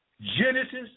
genesis